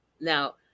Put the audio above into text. now